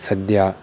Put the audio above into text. सद्यः